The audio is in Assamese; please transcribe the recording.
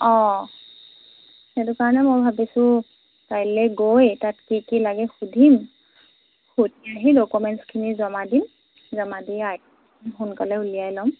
অ সেইটো কাৰণে মই ভাবিছোঁ কাইলৈ গৈ তাত কি কি লাগে সুধিম সুধি আহি ডকুমেণ্টছখিনি জমা দিম জমা দি আই সোনকালে উলিয়াই ল'ম